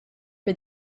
for